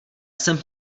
jsem